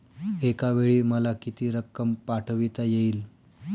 एकावेळी मला किती रक्कम पाठविता येईल?